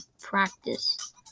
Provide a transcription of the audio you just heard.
practice